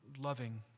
loving